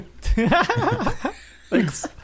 Thanks